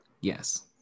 Yes